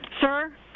Sir